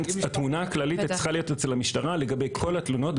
שעדיין התמונה הכללית צריכה להיות אצל המשטרה לגבי כל התלונות,